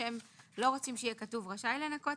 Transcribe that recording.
שהם לא רוצים שיהיה כתוב רשאי לנכות,